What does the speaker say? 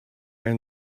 and